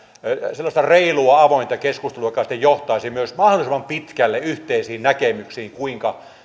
sellaista reilua avointa keskustelua joka sitten johtaisi myös mahdollisimman pitkälle yhteisiin näkemyksiin kuinka